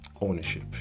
ownership